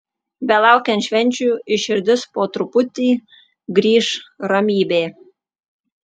belaukiant švenčių į širdis po truputį grįš ramybė